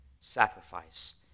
sacrifice